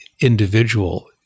individual